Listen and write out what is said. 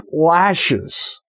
lashes